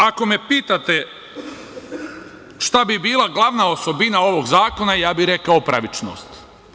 Ako me pitate šta bi bila glavna osobina ovog zakona, ja bi rekao pravičnost.